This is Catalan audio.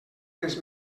res